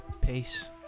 peace